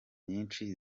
nyinshi